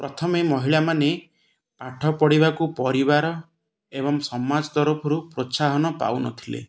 ପ୍ରଥମେ ମହିଳାମାନେ ପାଠ ପଢ଼ିବାକୁ ପରିବାର ଏବଂ ସମାଜ ତରଫରୁ ପ୍ରୋତ୍ସାହନ ପାଉନଥିଲେ